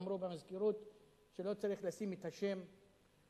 אמרו במזכירות שלא צריך לשים את השם בכותרת.